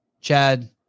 Chad